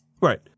Right